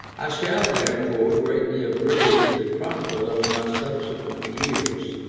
i shall, therefore, greatly abridge the chronicle of my subsequent years.